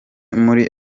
muri